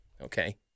okay